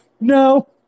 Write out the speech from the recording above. no